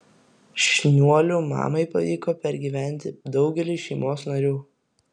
šniuolių mamai pavyko pergyventi daugelį šeimos narių